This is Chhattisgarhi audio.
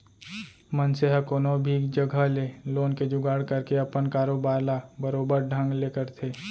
मनसे ह कोनो भी जघा ले लोन के जुगाड़ करके अपन कारोबार ल बरोबर बने ढंग ले करथे